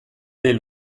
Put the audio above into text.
dei